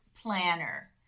planner